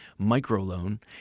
Microloan